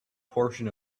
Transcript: portion